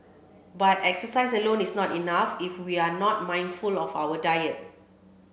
but exercise alone is not enough if we are not mindful of our diet